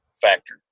factor